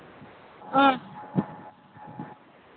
ꯑꯥ